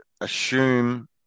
assume